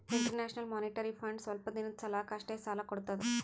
international monetary fund ಸ್ವಲ್ಪ್ ದಿನದ್ ಸಲಾಕ್ ಅಷ್ಟೇ ಸಾಲಾ ಕೊಡ್ತದ್